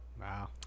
Wow